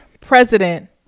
president